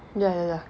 ya ya ya